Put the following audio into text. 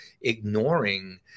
ignoring